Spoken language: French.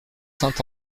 saint